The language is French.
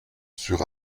sur